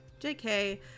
JK